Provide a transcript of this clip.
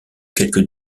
quelque